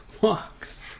walks